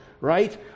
right